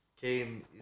kane